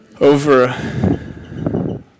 over